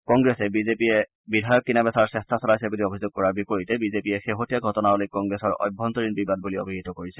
কংগ্ৰেছে বিজেপিয়ে বিধায়ক কিনা বেচাৰ চেষ্টা চলাইছে বুলি অভিযোগ কৰাৰ বিপৰীতে বিজেপিয়ে শেহতীয়া ঘটনাৱলীক কংগ্ৰেছৰ অভ্যন্তৰীণ বিবাদ বুলি অভিহিত কৰিছে